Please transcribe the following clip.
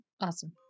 Awesome